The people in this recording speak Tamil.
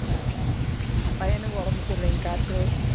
ஆ பையனுக்கு உடம் சரிலிங் காய்ச்சல்